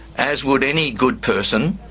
as would any good person,